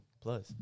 plus